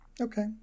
Okay